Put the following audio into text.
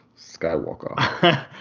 Skywalker